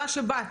תודה שבאת,